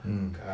mmhmm